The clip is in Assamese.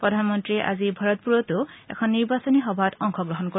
প্ৰধানমন্ত্ৰীয়ে আজি ভৰতপুৰতো এখন নিৰ্বাচনী সভাত অংশগ্ৰহণ কৰিব